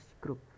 group